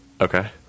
Okay